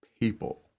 people